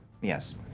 Yes